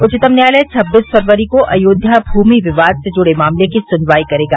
उच्चतम न्यायालय छब्बीस फरवरी को अयोध्या भूमि विवाद से जुड़े मामले की सुनवाई करेगा